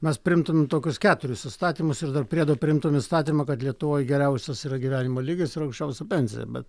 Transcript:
mes priimtumėm tokius keturis įstatymus ir dar priedo priimtum įstatymui kad lietuvoj geriausias yra gyvenimo lygis ir aukščiausia pensija bet